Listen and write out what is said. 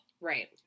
Right